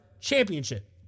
Championship